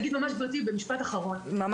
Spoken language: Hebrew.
כולם